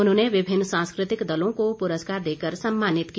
उन्होंने विभिन्न सांस्कृतिक दलों को पुरस्कार देकर सम्मानित किया